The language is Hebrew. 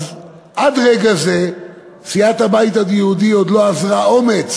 עד הרגע הזה סיעת הבית היהודי עוד לא אזרה אומץ